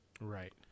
Right